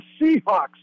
Seahawks